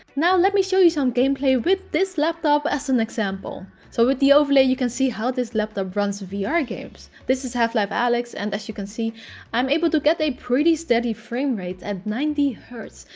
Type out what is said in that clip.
now, let me show you some gameplay with this laptop as an example. so with the overlay you can see how this laptop runs vr ah games. this is half life alyx and as you can see i'm able to get a pretty steady framerate at ninety hz.